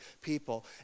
people